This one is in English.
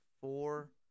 four